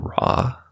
raw